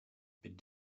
bit